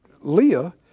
Leah